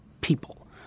people